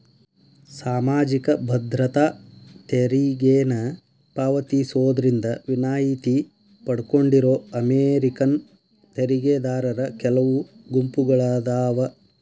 ಸಾಮಾಜಿಕ ಭದ್ರತಾ ತೆರಿಗೆನ ಪಾವತಿಸೋದ್ರಿಂದ ವಿನಾಯಿತಿ ಪಡ್ಕೊಂಡಿರೋ ಅಮೇರಿಕನ್ ತೆರಿಗೆದಾರರ ಕೆಲವು ಗುಂಪುಗಳಾದಾವ